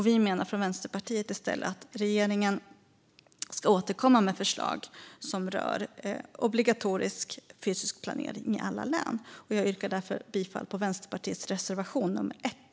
Vi i Vänsterpartiet menar i stället att regeringen ska återkomma med förslag som rör obligatorisk fysisk planering i alla län. Jag yrkar därför bifall till Vänsterpartiets reservation nummer 1.